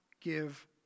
give